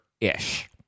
ish